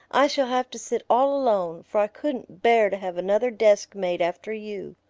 i shall have to sit all alone, for i couldn't bear to have another deskmate after you.